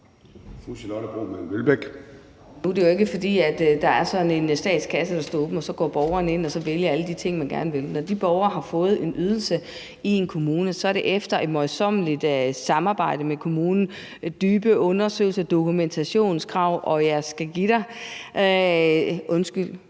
det jo ikke, fordi der er sådan en statskasse, der står åben, og så går borgeren ind og vælger alle de ting, man gerne vil. Når de borgere har fået en ydelse i en kommune, er det efter et møjsommeligt samarbejde med kommunen, grundige undersøgelser, dokumentationskrav, og jeg skal give dig, skal